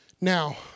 Now